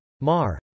MAR